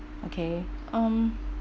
okay um